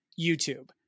YouTube